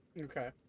Okay